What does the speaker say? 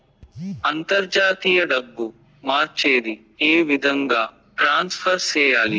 అంతర్జాతీయ డబ్బు మార్చేది? ఏ విధంగా ట్రాన్స్ఫర్ సేయాలి?